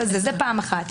זאת פעם אחת,